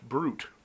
Brute